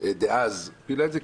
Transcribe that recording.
דאז הפילה את זה,